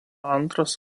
antras